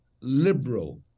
liberal